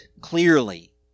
clearly